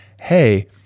Hey